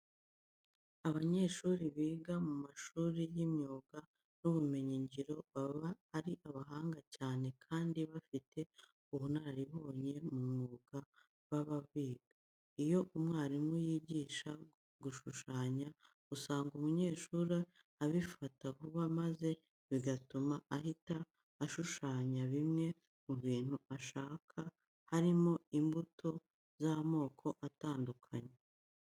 Abanyeshuri biga mu mashuri y'imyuga n'ubumenyingiro baba ari abahanga cyane kandi bafite n'ubunararibonye mu mwuga baba biga. Iyo umwarimu yigisha gushushanya, usanga umunyeshuri abifata vuba maze bigatuma ahita ashushanya bimwe mu bintu ashaka harimo imbuto z'amoko atandukanye.